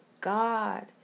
God